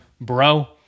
Bro